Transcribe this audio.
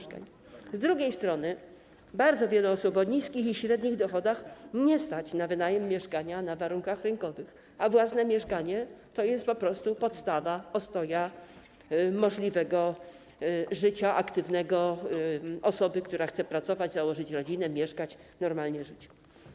Z drugiej strony bardzo wiele osób o niskich i średnich dochodach nie stać na wynajem mieszkania na warunkach rynkowych, a własne mieszkanie to jest podstawa, ostoja aktywnego życia osoby, która chce pracować, założyć rodzinę, mieszkać, normalnie żyć.